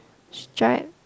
stripe